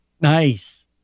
Nice